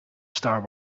star